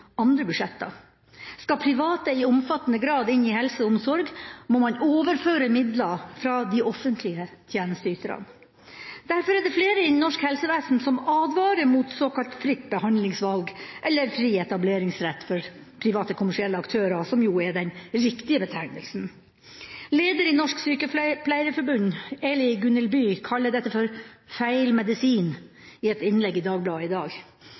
andre budsjetter. Skal private i omfattende grad inn i helse- og omsorg, må man overføre midler fra de offentlige tjenesteyterne. Derfor er det flere innen norsk helsevesen som advarer mot såkalt fritt behandlingsvalg eller fri etableringsrett for private, kommersielle aktører, som jo er den riktige betegnelsen. Leder i Norsk Sykepleierforbund, Eli Gunhild By, kaller dette for «feil medisin» i et innlegg i Dagbladet i dag,